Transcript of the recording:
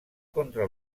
contra